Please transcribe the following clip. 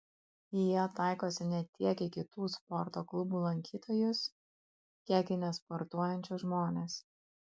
jie taikosi ne tiek į kitų sporto klubų lankytojus kiek į nesportuojančius žmones